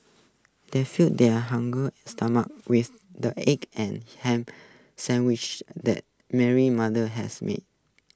they fed their hunger stomachs with the egg and Ham Sandwiches that Mary's mother had made